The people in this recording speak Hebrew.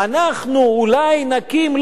אנחנו אולי נקים.